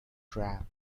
trap